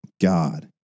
God